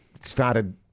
started